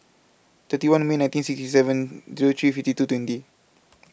twenty one May nineteen sixty seven Zero three fifty two twenty